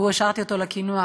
השארתי אותו לקינוח,